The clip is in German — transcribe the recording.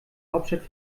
hauptstadt